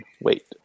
wait